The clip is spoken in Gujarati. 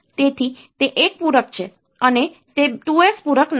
તેથી તે એક પૂરક છે અને તે 2s પૂરક નથી